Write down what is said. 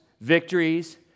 victories